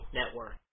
network